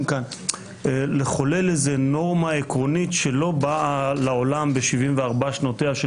כאן לחולל נורמה עקרונית שלא באה לעולם ב-74 שנותיה של